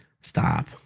Stop